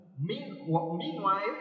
Meanwhile